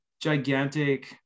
gigantic